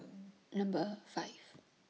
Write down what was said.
Number five